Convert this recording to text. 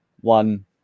one